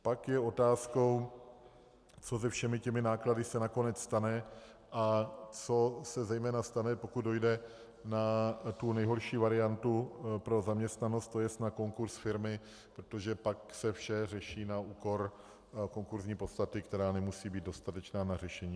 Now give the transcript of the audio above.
Pak je otázkou, co se se všemi těmi náklady nakonec stane a co se zejména stane, pokud dojde na tu nejhorší variantu pro zaměstnanost, to jest na konkurz firmy, protože pak se vše řeší na úkor konkurzní podstaty, která nemusí být dostatečná na řešení.